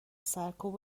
سرکوب